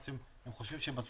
הם חושבים שבסוף,